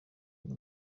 ngo